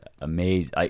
Amazing